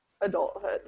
adulthood